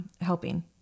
helping